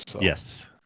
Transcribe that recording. Yes